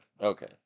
Okay